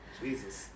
Jesus